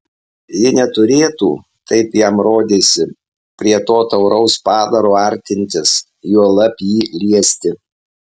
ji neturėtų taip jam rodėsi prie to tauraus padaro artintis juolab jį liesti